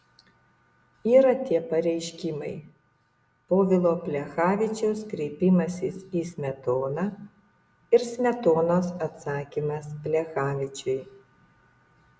yra tie pareiškimai povilo plechavičiaus kreipimasis į smetoną ir smetonos atsakymas plechavičiui